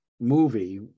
movie